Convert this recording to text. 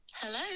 hello